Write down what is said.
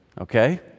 Okay